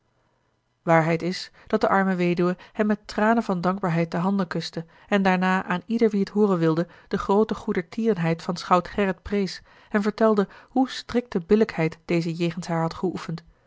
waarheid is dat de arme weduwe hem met tranen van dankbaarheid de handen kuste en daarna aan ieder wie t hooren wilde de groote goedertierenheid van schout gerrit prees en vertelde hoe strikte billijkheid deze jegens haar had geoefend